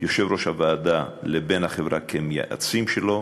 יושב-ראש הוועדה לבין החברה כמייעצים שלו.